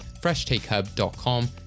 freshtakehub.com